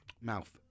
mouth